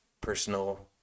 personal